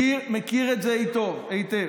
מכיר את זה היטב.